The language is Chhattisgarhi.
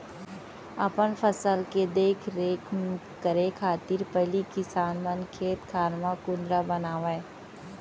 अपन फसल के देख रेख करे खातिर पहिली किसान मन खेत खार म कुंदरा बनावय